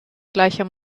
gleicher